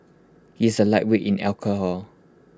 he is A lightweight in alcohol